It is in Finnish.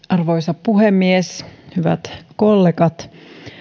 arvoisa puhemies hyvät kollegat